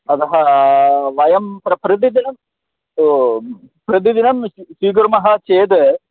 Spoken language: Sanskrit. अतः वयं प्रतिदिनं प्रतिदिनं स्वीकुर्मः चेद्